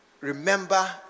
remember